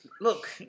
Look